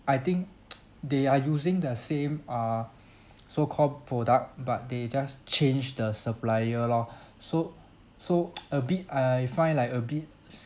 I think they are using the same uh so called product but they just change the supplier lor so so a bit I find like a bit